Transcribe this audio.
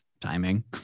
timing